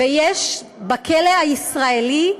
ויש בכלא הישראלי,